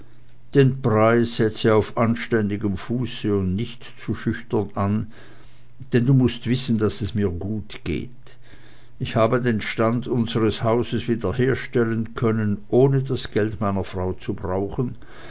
den preis setze auf anständigem fuße und nicht zu schüchtern an denn du mußt wissen daß es mir gut geht ich habe den stand unsers hauses wiederherstellen können ohne das geld meiner frau zu brauchen